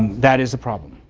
that is a problem.